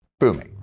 booming